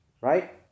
right